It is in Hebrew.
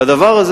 והדבר הזה,